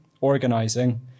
organizing